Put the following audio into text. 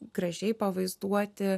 gražiai pavaizduoti